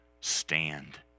stand